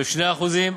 ב-2%;